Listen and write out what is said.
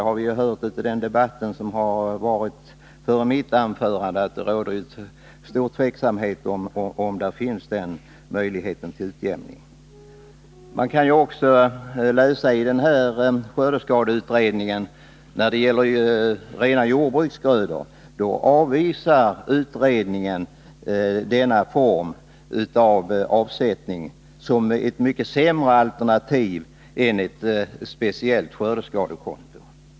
Av den debatt som ägde rum före mitt anförande framgick att det råder stort tvivel om huruvida det verkligen finns en sådan möjlighet till utjämning. Det är också värt att notera att skördeskadeskyddsutredningen när det gäller rena jordbruksgrödor avvisar denna form av avsättning som ett mycket sämre alternativ än ett speciellt skördeskadekonto.